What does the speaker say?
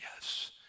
Yes